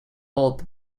old